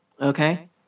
okay